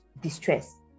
distress